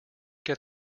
get